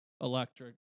electric